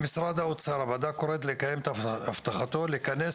למשרד האוצר הוועדה קוראת לקיים את הבטחתו לכנס